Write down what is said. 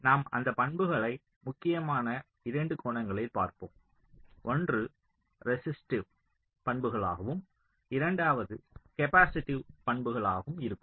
நாம் அந்த பண்புகளை முக்கியமான 2 கோணங்களில் பார்ப்போம் ஒன்று ரெசிஸ்டிவ் பண்புகளாகவும் இரண்டாவது கேப்பாசிட்டிவ் பண்புகளாகவும் இருக்கும்